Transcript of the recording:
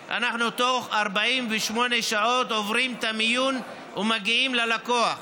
48 שעות עוברים את המיון ומגיעים ללקוח.